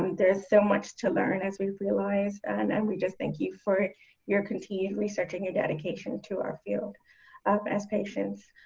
there's so much to learn as we've realized and and we just thank you for your continued researching and dedication to our field as patients.